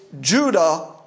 Judah